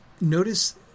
Notice